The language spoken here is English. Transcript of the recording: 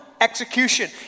execution